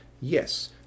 Yes